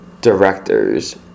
directors